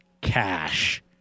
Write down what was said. cash